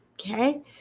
okay